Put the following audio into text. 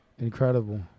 Incredible